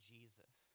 Jesus